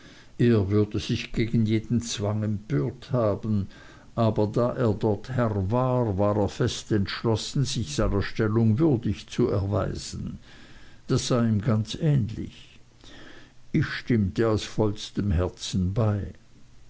er würde sich gegen jeden zwang empört haben aber da er dort der herr war war er fest entschlossen sich seiner stellung würdig zu erweisen das sah ihm ganz ähnlich ich stimmte aus vollstem herzen bei